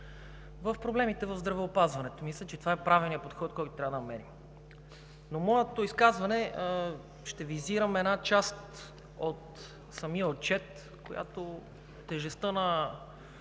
на проблемите в здравеопазването. Мисля, че това е правилният подход, който трябва да приложим. В моето изказване ще визирам само част от отчета, в която тежестта